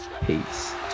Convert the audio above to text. Peace